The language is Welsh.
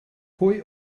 pwy